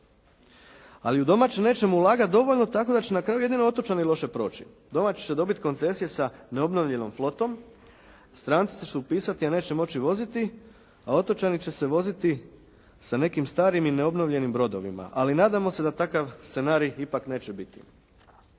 Ali u domaće nećemo ulagati dovoljno tako da će na kraju jedino otočani loše proći. Domaći će dobiti koncesije sa neobnovljenom flotom. Stranci će se upisati a neće moći voziti, a otočani će se voziti sa nekim stranim i neobnovljenim brodovima. Ali nadamo se da takav scenarij ipak neće biti.